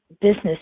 business